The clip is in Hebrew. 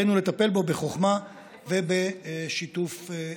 עלינו לטפל בו בחוכמה ובשיתוף פעולה.